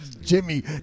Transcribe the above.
Jimmy